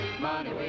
money